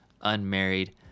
unmarried